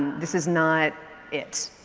this is not it.